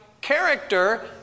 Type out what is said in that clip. character